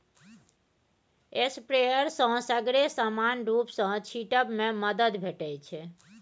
sprayer सँ सगरे समान रुप सँ छीटब मे मदद भेटै छै